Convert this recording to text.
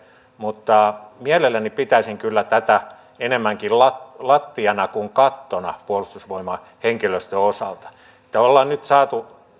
mutta mielelläni kyllä pitäisin tätä enemmänkin lattiana lattiana kuin kattona puolustusvoimain henkilöstön osalta eli ollaan saatu